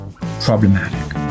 problematic